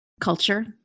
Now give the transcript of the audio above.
culture